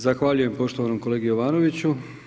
Zahvaljujem poštovanom kolegi Jovanoviću.